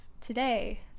today